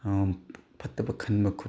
ꯐꯠꯇꯕ ꯈꯟꯕ ꯈꯣꯠꯄ